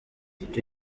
icyo